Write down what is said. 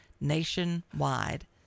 nationwide